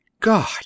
God